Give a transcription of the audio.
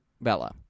Bella